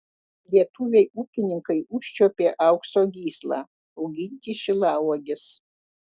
lietuviai ūkininkai užčiuopė aukso gyslą auginti šilauoges